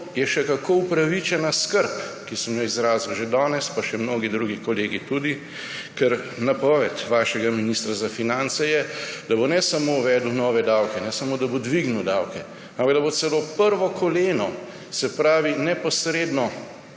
je še kako upravičena skrb, ki sem jo izrazil že danes, pa še mnogi drugi kolegi tudi, ker napoved vašega ministra za finance je ne samo, da bo uvedel nove davke, ne samo, da bo dvignil davke, ampak da bo celo prvo koleno, se pravi neposredno